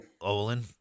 Olin